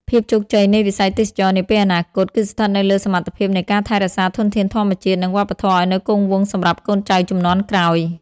ភាពជោគជ័យនៃវិស័យទេសចរណ៍នាពេលអនាគត គឺស្ថិតនៅលើសមត្ថភាពនៃការថែរក្សាធនធានធម្មជាតិ និងវប្បធម៌ឱ្យនៅគង់វង្សសម្រាប់កូនចៅជំនាន់ក្រោយ។